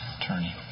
Attorney